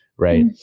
Right